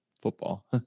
football